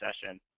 session